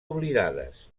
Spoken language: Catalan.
oblidades